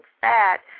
fat